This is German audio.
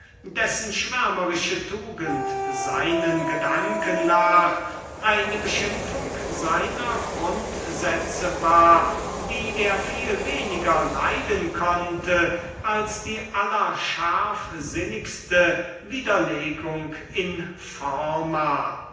dessen schwärmerische tugend seinen gedanken nach eine beschimpfung seiner grundsätze war die er viel weniger leiden konnte als die allerscharfsinnigste widerlegung in forma